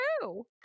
true